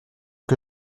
que